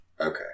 Okay